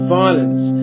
violence